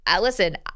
listen